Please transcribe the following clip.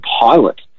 pilot